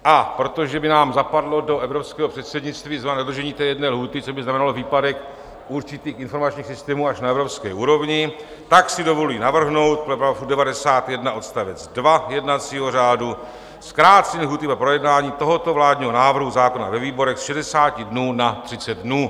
A protože by nám zapadlo do evropského předsednictví zrovna dodržení té jedné lhůty, což by znamenalo výpadek určitých informačních systémů až na evropské úrovni, tak si dovoluji navrhnout podle § 91 odst. 2 jednacího řádu zkrácení lhůty na projednání tohoto vládního návrhu zákona ve výborech z 60 dnů na 30 dnů.